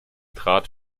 trat